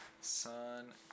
Sun